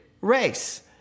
race